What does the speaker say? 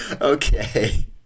Okay